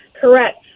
Correct